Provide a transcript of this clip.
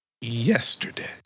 yesterday